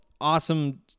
awesome